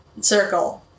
circle